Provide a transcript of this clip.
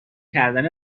کردن